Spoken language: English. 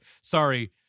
sorry